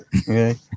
Okay